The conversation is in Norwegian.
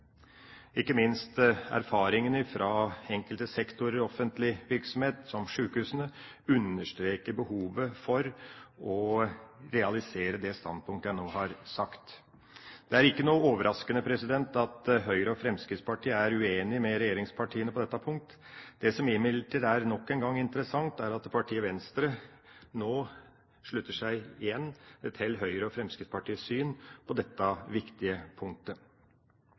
Ikke minst erfaringene fra enkelte sektorer i offentlig virksomhet, som fra sykehusene, understreker behovet for å realisere dette standpunktet. Det er ikke overraskende at Høyre og Fremskrittspartiet er uenige med regjeringspartiene på dette punktet. Det som imidlertid nok en gang er interessant, er at partiet Venstre nå slutter seg – igjen – til Høyre og Fremskrittspartiets syn på dette viktige punktet.